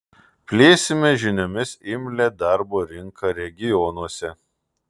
plėsime žinioms imlią darbo rinką regionuose